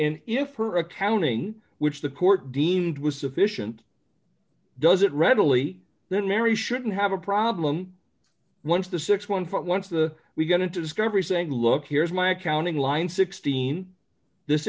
and if her accounting which the court deemed was sufficient does it readily then mary shouldn't have a problem once the sixty one dollars foot once the we get into discovery saying look here's my accounting line sixteen this